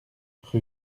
rue